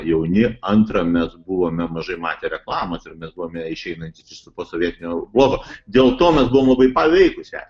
jauni antra mes buvome mažai matę reklamos ir mes buvome išeinantys iš posovietinio bloko dėl to mes buvom labai paveikūs jai